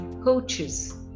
coaches